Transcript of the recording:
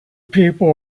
people